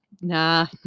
nah